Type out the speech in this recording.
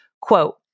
Quote